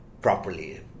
properly